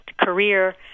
career